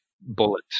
bullet